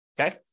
okay